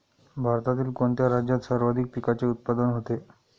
भारतातील कोणत्या राज्यात सर्वाधिक पिकाचे उत्पादन होते?